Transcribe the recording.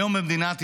היום במדינת ישראל,